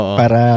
para